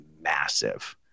massive